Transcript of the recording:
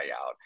out